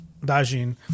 Dajin